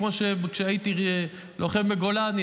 כמו כשהייתי לוחם בגולני,